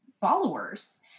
followers